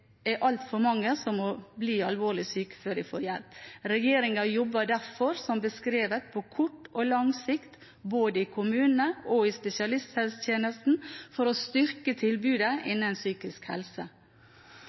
det er altfor mange som må bli alvorlig syke før de får hjelp. Regjeringen jobber derfor som beskrevet – på kort og lang sikt – både i kommunene og i spesialisthelsetjenesten for å styrke tilbudet